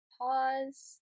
Pause